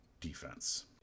defense